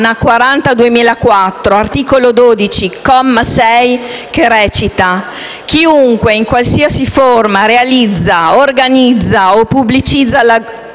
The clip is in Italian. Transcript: del 2004, articolo 12, comma 6, che recita: «Chiunque, in qualsiasi forma, realizza, organizza o pubblicizza la